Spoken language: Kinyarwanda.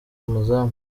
amazamu